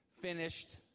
Finished